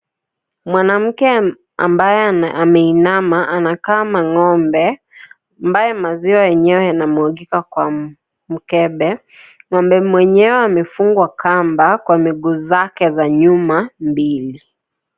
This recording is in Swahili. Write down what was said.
Mwanamke ambaye ameinama anakama ng'ombe ambaye maziwa yenyewe yana mwagika kwa mkebe ng'ombe mwenyewe amefunga kamba kwa ,miguu zake za nyuma mbili.